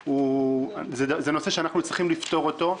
זה נושא שאנחנו צריכים לפתור אותו.